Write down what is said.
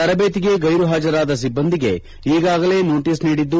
ತರಬೇತಿಗೆ ಗೈರುಹಾಜರಾದ ಸಿಬ್ಬಂದಿಗೆ ಈಗಾಗಲೇ ನೋಟಸ್ ನೀಡಿದ್ದು